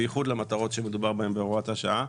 בייחוד למטרות שמדובר בהן בהוראת השעה,